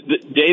Dave